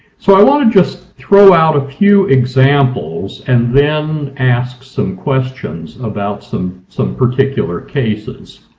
so i want to just throw out a few examples and then ask some questions about some some particular cases